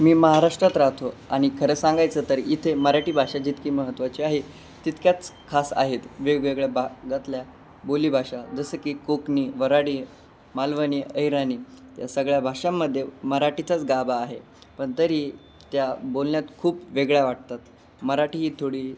मी महाराष्ट्रात राहतो आणि खरं सांगायचं तर इथे मराठी भाषा जितकी महत्त्वाची आहे तितक्याच खास आहेत वेगवेगळ्या भागातल्या बोली भाषा जसं की कोकणी वऱ्हाडी मालवणी अहिरणी या सगळ्या भाषांमध्ये मराठीचाच गाभा आहे पण तरी त्या बोलण्यात खूप वेगळ्या वाटतात मराठी ही थोडी